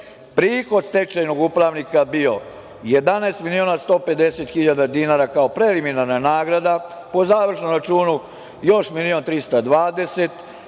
prihod stečajnog upravnika je bio 11.150.000 dinara, kao preliminarna nagrada, po završnom računu još 1.320.000,